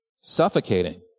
suffocating